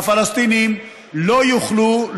הפלסטינים לא יוכלו,